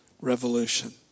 revolution